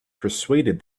persuaded